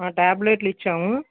ఆ ట్యాబ్లెట్లు ఇచ్చాము